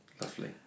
lovely